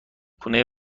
خونه